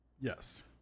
Yes